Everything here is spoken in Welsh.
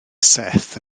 seth